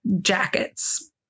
jackets